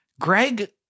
Greg